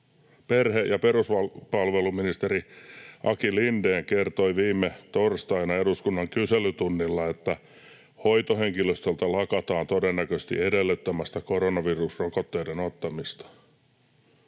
perhe- ja peruspalveluministeri Aki Lindén kertoi viime torstaina eduskunnan kyselytunnilla, että hoitohenkilöstöltä lakataan todennäköisesti edellyttämästä koronavirusrokotteiden ottamista.